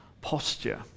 posture